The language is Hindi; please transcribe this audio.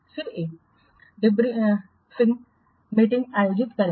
फिर एक डिब्रीफिंग मीटिंग आयोजित करें